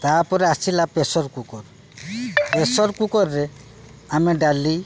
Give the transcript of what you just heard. ତା'ପରେ ଆସିଲା pressure cooker pressure କୁକର୍ରେ ଆମେ ଡାଲି